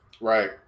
Right